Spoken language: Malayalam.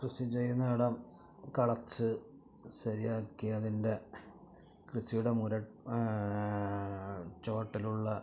കൃഷി ചെയ്യുന്ന ഇടം കിളച്ച് ശരിയാക്കി അതിൻ്റെ കൃഷിയിടമൊരു ചുവട്ടിലുള്ള